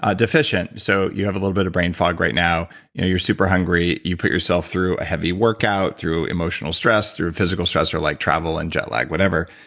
ah deficient, so you have a little bit of brain fog right now maybe you know you're super hungry, you put yourself through a heavy workout, through emotional stress, through physical stress or like travel and jet lag whatever,